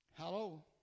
Hello